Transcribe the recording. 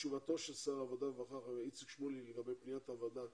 בתשובתו של שר העבודה והרווחה איציק שמולי לגבי פניית הוועדה